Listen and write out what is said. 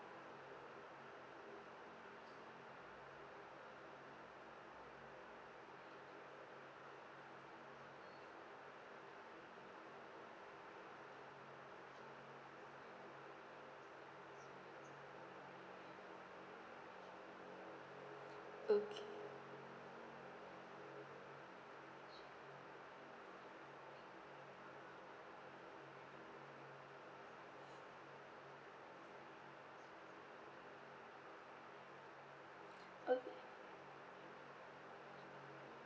okay okay